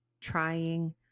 trying